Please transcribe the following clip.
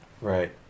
Right